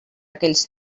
aquells